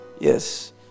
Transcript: Yes